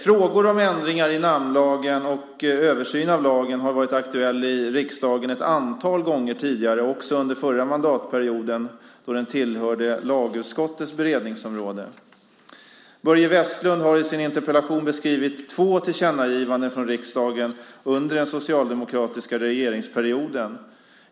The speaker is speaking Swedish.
Frågor om ändringar i namnlagen och översyn av lagen har varit aktuella i riksdagen ett antal gånger tidigare, också under den förra mandatperioden, då den tillhörde lagutskottets beredningsområde. Börje Vestlund har i sin interpellation beskrivit två tillkännagivanden från riksdagen under den socialdemokratiska regeringsperioden.